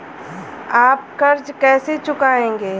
आप कर्ज कैसे चुकाएंगे?